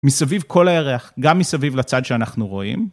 מסביב כל הירח, גם מסביב לצד שאנחנו רואים.